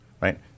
right